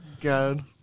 God